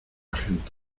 gente